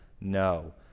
no